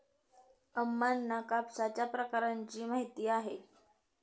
अम्मांना कापसाच्या प्रकारांची माहिती आहे